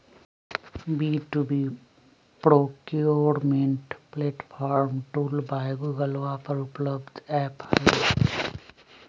B two B procurement platform tool by गूगलवा पर उपलब्ध ऐप हई